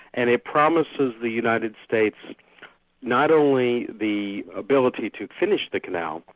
and it promises the united states not only the ability to finish the canal,